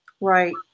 Right